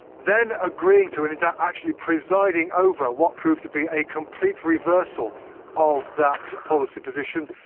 then agreeing to and and actually presiding over what proved to be a complete reversal of that policy position,